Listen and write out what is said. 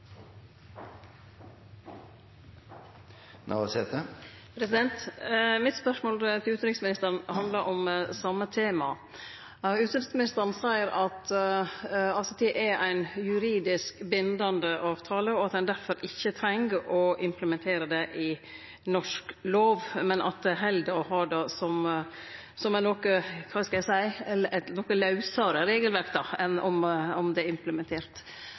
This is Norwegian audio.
Spørsmålet mitt til utanriksministeren handlar om det same temaet. Utanriksministeren seier at ATT er ein juridisk bindande avtale, og at ein difor ikkje treng å implementere det i norsk lov, men at det held å ha det som eit noko lausare regelverk. Som førre replikant er eg òg oppteken av at det